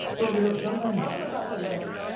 but you know sometimes tell them about the list,